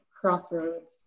crossroads